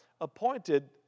appointed